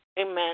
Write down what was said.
Amen